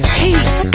heat